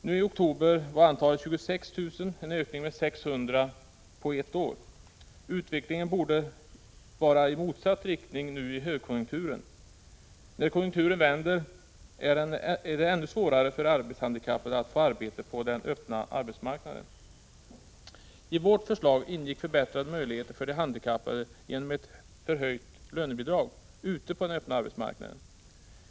I oktober var antalet 26 000, en ökning med 600 på ett år. Utvecklingen borde gå i motsatt riktning nu i högkonjunkturen. När konjunkturen vänder blir det ännu svårare för arbetshandikappade att få arbete på den öppna arbetsmarknaden. I vårt förslag ingick att vi skulle åstadkomma förbättrade möjligheter för de handikappade genom ett höjt lönebidrag ute på den öppna arbetsmarknaden.